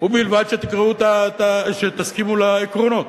ובלבד שתסכימו לעקרונות.